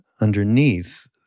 underneath